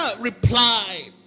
replied